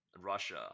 Russia